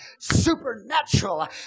supernatural